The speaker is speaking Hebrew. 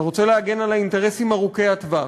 אתה רוצה להגן על האינטרסים ארוכי-הטווח.